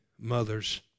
mothers